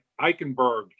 Eichenberg